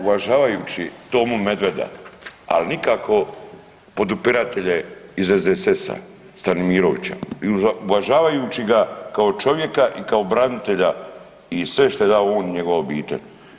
Uvažavajući Tomu Medveda, ali nikako podupiratelje iz SDSS-a Stanimirovića i uvažavajući ga kao čovjeka i kao branitelja i sve što je dao on i njegova obitelj.